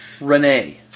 Renee